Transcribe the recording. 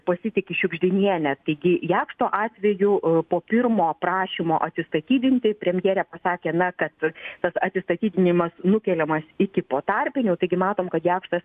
pasitiki šiugždiniene taigi jakšto atveju po pirmo prašymo atsistatydinti premjerė pasakė na kad tas atsistatydinimas nukeliamas iki po tarpinių taigi matom kad jakštas